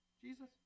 Jesus